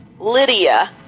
Lydia